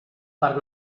per